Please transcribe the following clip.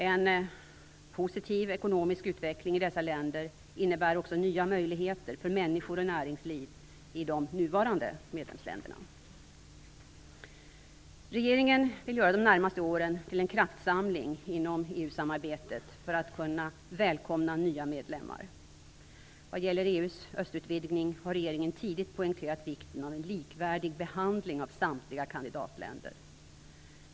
En positiv ekonomisk utveckling i dessa länder innebär också nya möjligheter för människor och näringsliv i de nuvarande medlemsländerna. Regeringen vill göra de närmaste åren till en kraftsamling inom EU-samarbetet för att kunna välkomna nya medlemmar. Vad gäller EU:s östutvidgning har regeringen tidigt poängterat vikten av en likvärdig behandling av samtliga kandidatländer.